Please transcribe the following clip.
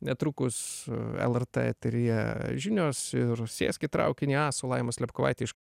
netrukus lrt eteryje žinios ir sėsk į traukinį a su laima slepkovaite iš